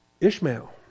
Ishmael